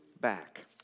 back